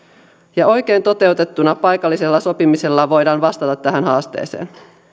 oikein toteutettuna paikallisella sopimisella voidaan vastata tähän haasteeseen